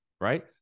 Right